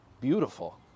Beautiful